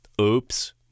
Oops